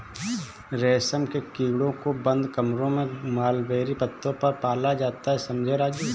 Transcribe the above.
रेशम के कीड़ों को बंद कमरों में मलबेरी पत्तों पर पाला जाता है समझे राजू